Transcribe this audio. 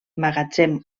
magatzem